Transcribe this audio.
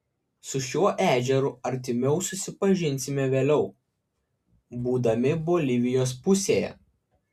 su šiuo ežeru artimiau susipažinsime vėliau būdami bolivijos pusėje